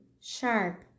sharp